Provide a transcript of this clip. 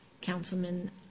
Councilman